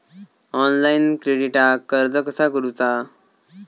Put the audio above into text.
Online क्रेडिटाक अर्ज कसा करुचा?